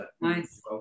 Nice